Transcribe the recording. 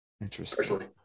Interesting